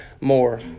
more